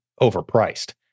overpriced